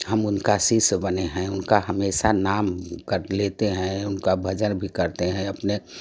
हम उनका शिष्य बने हैँ उनका हमेशा नाम लेते हैं उनका भजन भी करते हैँ अपने